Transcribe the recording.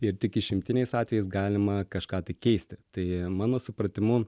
ir tik išimtiniais atvejais galima kažką tai keisti tai mano supratimu